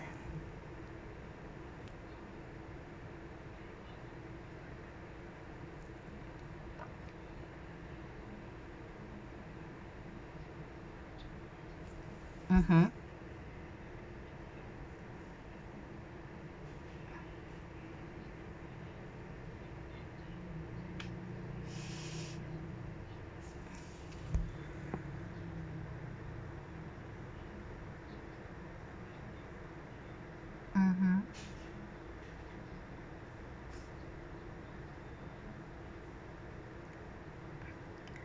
mmhmm mmhmm